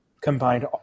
combined